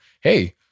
hey